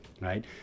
right